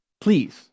Please